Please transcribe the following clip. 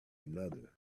another